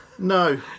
No